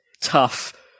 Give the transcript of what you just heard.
Tough